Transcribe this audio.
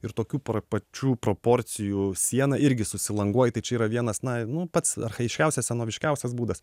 ir tokių pra pačių proporcijų sieną irgi susilanguoji tai čia yra vienas na nu pats archaiškiausias senoviškiausias būdas